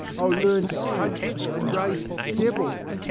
i'll learn to conjure and raise devils,